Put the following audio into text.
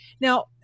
Now